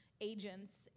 agents